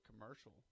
commercial